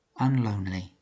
unlonely